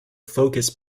focus